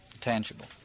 tangible